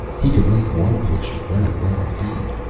he could make one picture very well indeed.